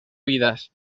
vidas